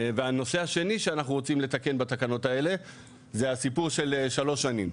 והנושא השני שאנחנו רוצים לתקן בתקנות האלה זה הסיפור של שלוש שנים.